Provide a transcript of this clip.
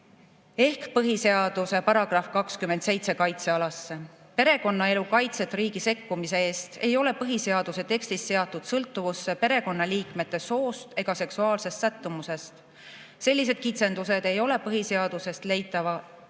ka põhiseaduse § 27 kaitsealasse. Perekonnaelu kaitset riigi sekkumise eest ei ole põhiseaduse tekstis seatud sõltuvusse perekonnaliikmete soost ega seksuaalsest sättumusest. Sellised kitsendused ei ole põhiseadusest leitavad